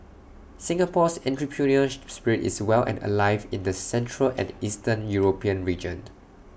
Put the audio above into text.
Singapore's entrepreneurial spirit is well and alive in the central and eastern european region